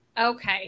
Okay